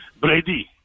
Brady